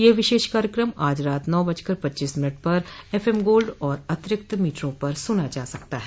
यह विशेष कार्यक्रम आज रात नौ बजकर पच्चीस मिनट पर एफएम गोल्ड और अतिरिक्त मीटरों पर सुना जा सकता है